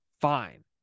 fine